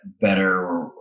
better